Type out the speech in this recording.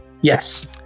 Yes